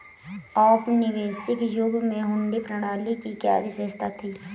औपनिवेशिक युग में हुंडी प्रणाली की क्या विशेषता थी?